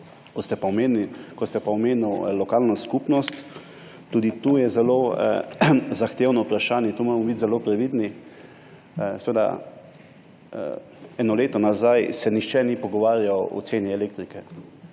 Ko ste pa omenili lokalno skupnost, tudi to je zelo zahtevno vprašanje in moramo biti zelo previdni. Eno leto nazaj se nihče ni pogovarjal o ceni elektrike,